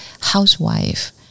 housewife